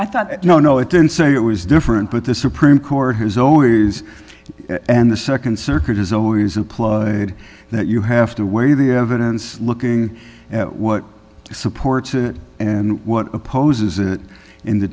i thought no no it didn't say it was different but the supreme court has always and the nd circuit is always a plus that you have to weigh the evidence looking at what supports it and what opposes it in the